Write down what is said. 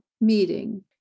meeting